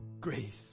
grace